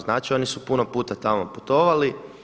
Znači, oni su puno puta tamo putovali.